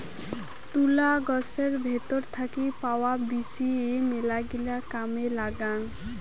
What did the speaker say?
তুলা গছের ভেতর থাকি পাওয়া বীচি মেলাগিলা কামে লাগাং